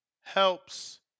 helps